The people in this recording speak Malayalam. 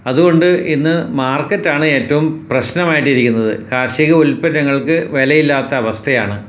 അതുകൊണ്ട് ഇന്ന് മാർക്കറ്റാണ് ഏറ്റോം പ്രശ്നമായിട്ടിരിക്കുന്നത് കാർഷിക ഉൽപ്പന്നങ്ങൾക്ക് വിലയില്ലാത്ത അവസ്ഥയാണ്